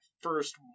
first